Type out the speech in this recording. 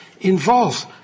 involves